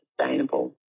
sustainable